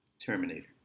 Terminator